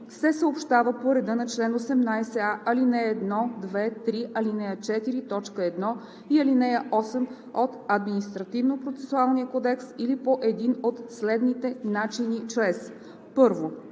се съобщава по реда на чл. 18а, ал. 1, 2, 3, ал. 4, т. 1 и ал. 8 от Административнопроцесуалния кодекс или по един от следните начини чрез: 1.